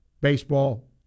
Baseball